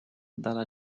dalla